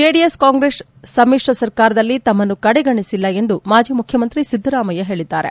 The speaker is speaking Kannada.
ಜೆಡಿಎಸ್ ಕಾಂಗ್ರೆಸ್ ಸಮ್ಮಿಶ್ರ ಸರ್ಕಾರದಲ್ಲಿ ತಮ್ಮನ್ನು ಕಡೆಗಣಿಸಿಲ್ಲ ಎಂದು ಮಾಜಿ ಮುಖ್ಯಮಂತ್ರಿ ಸಿದ್ದರಾಮಯ್ಯ ಹೇಳಿದ್ದಾರೆ